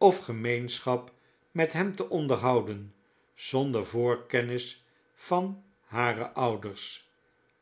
of gemeenschap met hem te onderhouden zonder voorkennis van hare ouders